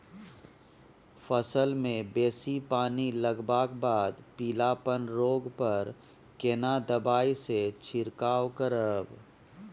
फसल मे बेसी पानी लागलाक बाद पीलापन रोग पर केना दबाई से छिरकाव करब?